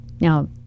Now